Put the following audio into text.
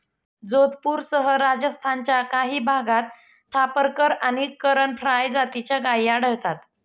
जोधपूरसह राजस्थानच्या काही भागात थापरकर आणि करण फ्राय जातीच्या गायी आढळतात